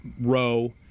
row